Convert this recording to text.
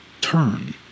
turn